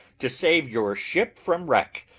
to save your ship from wreck,